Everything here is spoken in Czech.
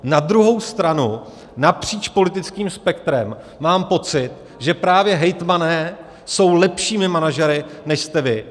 Na druhou stranu napříč politickým spektrem mám pocit, že právě hejtmani jsou lepšími manažery, než jste vy.